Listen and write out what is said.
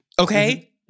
Okay